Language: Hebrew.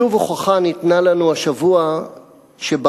שוב הוכחה ניתנה לנו השבוע שברק,